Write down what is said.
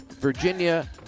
Virginia